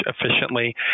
efficiently